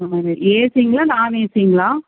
ஏசிங்களா நான் ஏசிங்களா